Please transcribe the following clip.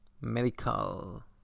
medical